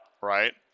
right